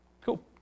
cool